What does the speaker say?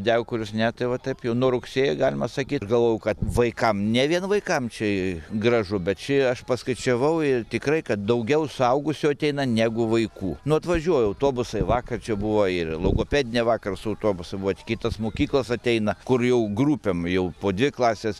dega kurios ne tai va taip jau nuo rugsėjo galima sakyt galvojau kad vaikam ne vien vaikam čia gražu bet čia aš paskaičiavau ir tikrai kad daugiau suaugusių ateina negu vaikų nu atvažiuoja autobusai vakar čia buvo ir logopedinė vakar su autobusu vat kitos mokyklos ateina kur jau grupėm jau po dvi klases